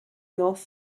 north